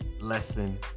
lesson